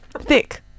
thick